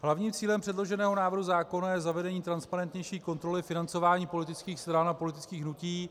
Hlavním cílem předloženého návrhu zákona je zavedení transparentnější kontroly financování politických stran a politických hnutí.